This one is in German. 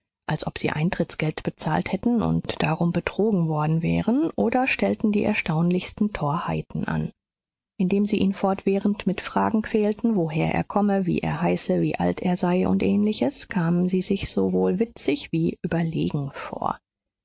als ob sie eintrittsgeld bezahlt hätten und darum betrogen worden wären oder stellten die erstaunlichsten torheiten an indem sie ihn fortwährend mit fragen quälten woher er komme wie er heiße wie alt er sei und ähnliches kamen sie sich sowohl witzig wie überlegen vor